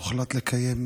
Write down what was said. כזאת.